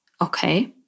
Okay